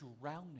drowning